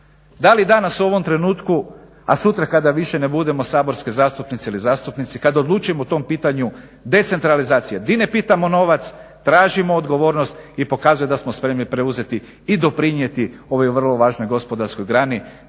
Da li danas u ovom trenutku, a sutra kada više ne budemo saborske zastupnice ili zastupnici, kad odlučimo o tom pitanju decentralizacije di ne pitamo novac, tražimo odgovornost i pokazuje da smo spremni preuzeti i doprinijeti ovoj vrlo važnoj gospodarskoj grani.